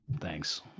Thanks